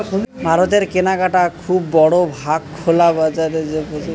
ভারতের কেনাকাটা খুব বড় ভাগ খোলা বাজারে বা প্রচুর ছোট মুদি আর খুচরা দোকানে হয়